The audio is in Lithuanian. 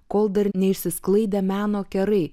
kol dar neišsisklaidė meno kerai